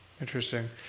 Interesting